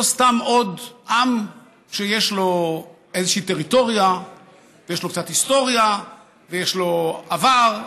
לא סתם עוד עם שיש לו איזושהי טריטוריה ויש לו קצת היסטוריה ויש לו עבר,